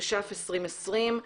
תש"ף-2020.